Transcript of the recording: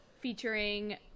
featuring